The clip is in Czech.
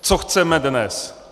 Co chceme dnes?